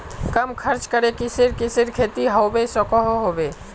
कम खर्च करे किसेर किसेर खेती होबे सकोहो होबे?